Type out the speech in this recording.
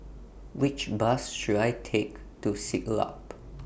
Which Bus should I Take to Siglap